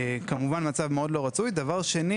בנוסף,